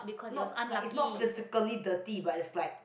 not like is not physically dirty but is like